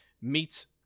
meets